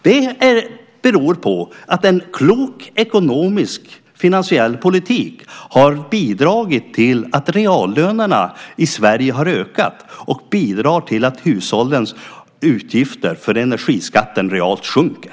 Det beror på att en klok, ekonomisk finansiell politik har bidragit till att reallönerna i Sverige har ökat och bidrar till att hushållens utgifter för energiskatten realt sjunker.